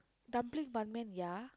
dumpling ban-mian ya